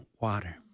water